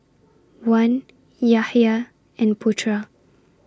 Wan Yahya and Putera